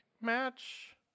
match